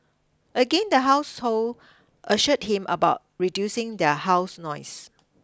again the household assured him about reducing their house noise